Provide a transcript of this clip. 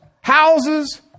houses